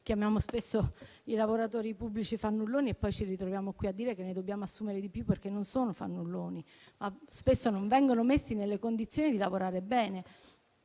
diciamo che i lavoratori pubblici sono fannulloni e poi ci troviamo qui a dire che ne dobbiamo assumere di più: non sono fannulloni, ma spesso non vengono messi nelle condizioni di lavorare bene.